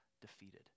defeated